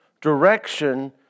direction